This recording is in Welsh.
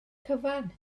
cyfan